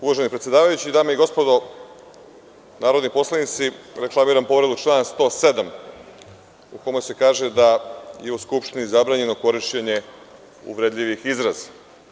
Uvaženi predsedavajući, dame i gospodo narodni poslanici, reklamiram povredu člana 107, u kome se kaže da je u Skupštini zabranjeno korišćenje uvredljivih izraza.